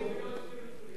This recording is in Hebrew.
אני רוצה לדבר על סוריה,